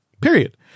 period